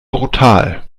brutal